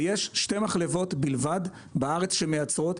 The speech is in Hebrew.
יש שתי מחלבות בלבד בארץ שמייצרות.